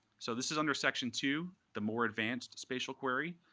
so this is under section two, the more advanced spatial query.